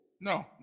No